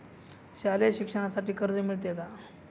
शालेय शिक्षणासाठी कर्ज मिळते का?